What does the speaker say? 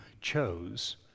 chose